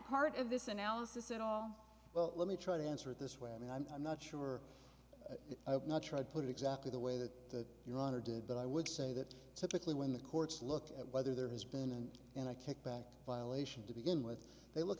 part of this analysis at all well let me try to answer it this way i mean i'm not sure i have not tried put it exactly the way that your honor did but i would say that typically when the courts look at whether there has been an and i kickback violation to begin with they look